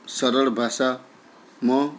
સરળ ભાષામાં